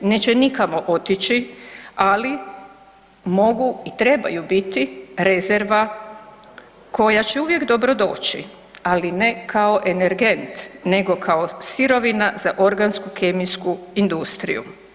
Neće nikamo otići, ali mogu i trebaju biti rezerva koja će uvijek dobro doći ali ne kao energent, nego kao sirovina za organsku kemijsku industriju.